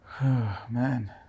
Man